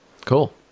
Cool